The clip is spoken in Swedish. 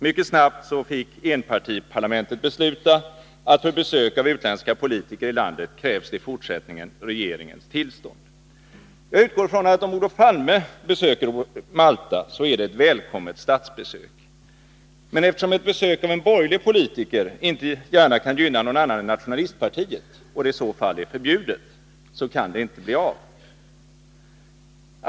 Mycket snabbt fick enpartiparlamentet besluta att för besök av utländska politiker i landet krävs det i fortsättningen regeringens tillstånd. Jag utgår från att om Olof Palme besöker Malta, så är det ett välkommet statsbesök. Men eftersom ett besök av en borgerlig politiker inte gärna kan gynna någon annan än nationalistpartiet och det i så fall är förbjudet, så kan det inte bli av.